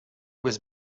was